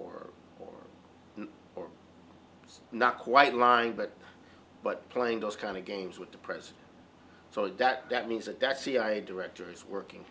or or or not quite lying but but playing those kind of games with the president so that that means that that cia director is working